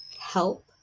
help